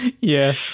yes